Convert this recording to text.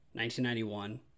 1991